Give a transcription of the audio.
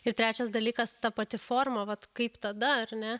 ir trečias dalykas ta pati forma vat kaip tada ar ne